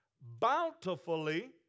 bountifully